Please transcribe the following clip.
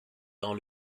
dans